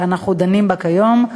שאנחנו דנים בה כיום,